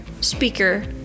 speaker